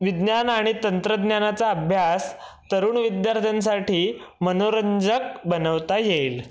विज्ञान आणि तंत्रज्ञानाचा अभ्यास तरुण विद्यार्थ्यांसाठी मनोरंजक बनवता येईल